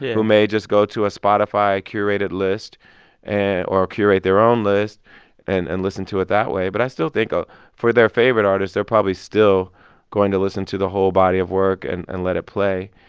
who may just go to a spotify-curated list and or curate their own list and and listen to it that way. but i still think, ah for their favorite artist, they're probably still going to listen to the whole body of work and and let it play.